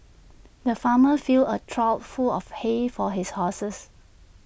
the farmer filled A trough full of hay for his horses